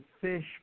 fish